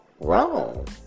wrong